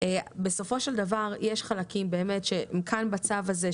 בסופו של דבר יש חלקים באמת שהם כאן בצו הזה,